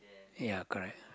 ya correct